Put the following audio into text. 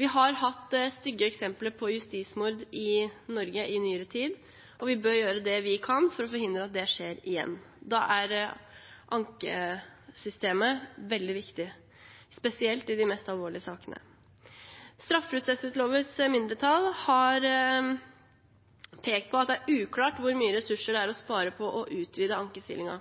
Vi har hatt stygge eksempler på justismord i Norge i nyere tid, og vi bør gjøre det vi kan for å forhindre at det skjer igjen. Da er ankesystemet veldig viktig, spesielt i de mest alvorlige sakene. Straffeprosesslovutvalgets mindretall har pekt på at det er uklart hvor mye ressurser det er å spare på å utvide